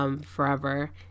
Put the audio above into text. forever